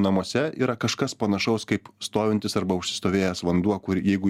namuose yra kažkas panašaus kaip stovintis arba užsistovėjęs vanduo kur jeigu